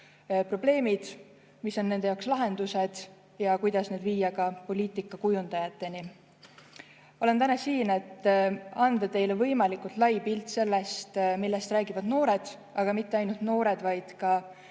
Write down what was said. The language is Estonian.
probleemid, mis on nende jaoks lahendused ja kuidas need viia ka poliitika kujundajateni. Ma olen täna siin, et anda teile võimalikult lai pilt sellest, millest räägivad noored, aga mitte ainult noored, vaid ka